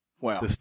Wow